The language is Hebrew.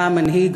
אתה המנהיג.